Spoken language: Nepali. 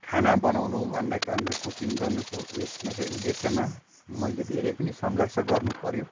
खाना बनाउनु भन्दा कारण चाहिँ कुकिङ गर्नुको उयसमा चाहिँ उद्देश्यमा मैले धेरै पनि सङ्घर्ष गर्नु पर्यो